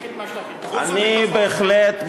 אני בהחלט,